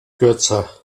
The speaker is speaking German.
kürzer